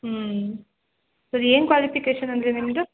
ಹ್ಞೂ ಸರ್ ಏನು ಕ್ವಾಲಿಫಿಕೇಷನ್ ಅಂದಿರಿ ನಿಮ್ಮದು